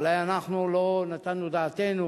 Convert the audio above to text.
אולי אנחנו לא נתנו את דעתנו